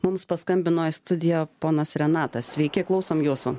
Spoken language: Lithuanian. mums paskambino į studiją ponas renatas sveiki klausom jūsų